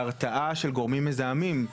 בהתראה של גורמים מזהמים,